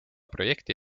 projekti